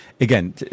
again